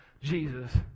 Jesus